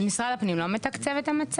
אז משרד הפנים לא מתקצב את המצוק.